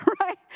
right